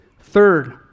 Third